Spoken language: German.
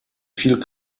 viel